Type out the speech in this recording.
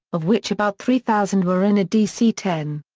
of which about three thousand were in a dc ten.